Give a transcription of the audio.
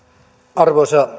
arvoisa